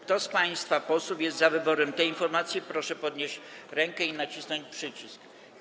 Kto z państwa posłów jest za wyborem tej informacji, proszę podnieść rękę i nacisnąć przycisk.